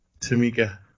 Tamika